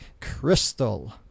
Crystal